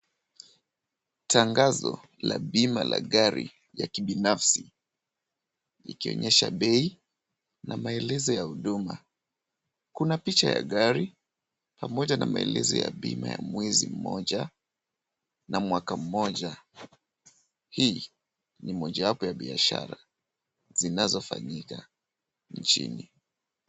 Tangazo la bima la gari ya kibinafsi ikionyesha bei na maelezo ya huduma. Kuna picha ya gari pamoja na maelezo ya bima ya mwezi mmoja na mwaka mmoja. Hii ni mojawapo ya biashara zinazofanyika nchini.